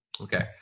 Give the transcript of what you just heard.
Okay